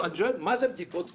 מה זה בדיקות קרקע?